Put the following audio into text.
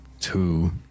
Two